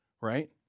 right